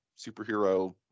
superhero